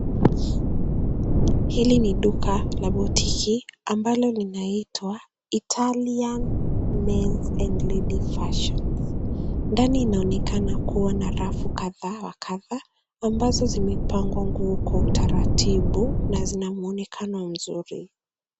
Hili ni duka la boutique ,ambalo linaitwa Italian Men's and Ladies' Fashion. Ndani inaonekana kuwa na rafu kadhaa wa kadha, ambazo zimepangwa nguo kwa utaratibu na zina mwonekano mzuri.